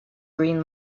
green